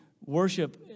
worship